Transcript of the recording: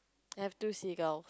have two seagull